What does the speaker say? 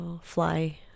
fly